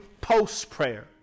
post-prayer